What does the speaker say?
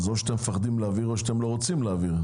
אז או שאתם מפחדים או שאתם לא רוצים להעביר.